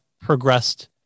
progressed